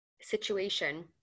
situation